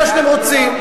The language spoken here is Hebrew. זה מה שאתם רוצים,